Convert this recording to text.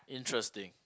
interesting